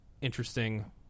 interesting